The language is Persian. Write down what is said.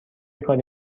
کاری